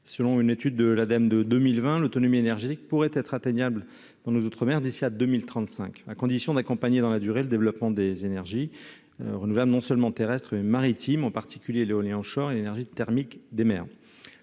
selon une étude de l'Ademe de 2020, l'autonomie énergétique pourrait être atteignable dans nos outre-mer d'ici à 2035, à condition d'accompagner dans la durée le développement des énergies renouvelables, non seulement terrestres et maritimes, en particulier l'éolien Offshore énergie thermique des mers,